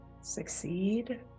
succeed